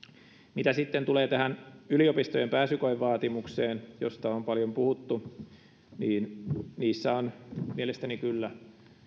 mitä sitten tulee tähän yliopistojen pääsykoevaatimukseen josta on paljon puhuttu niin niissä on mielestäni kyllä